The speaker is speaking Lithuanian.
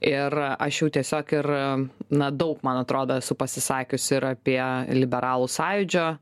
ir aš jau tiesiog ir na daug man atrodo esu pasisakiusi ir apie liberalų sąjūdžio